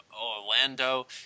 Orlando